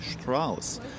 Strauss